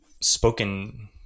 spoken